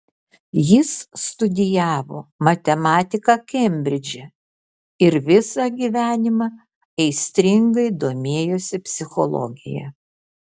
jis studijavo matematiką kembridže ir visą gyvenimą aistringai domėjosi psichologija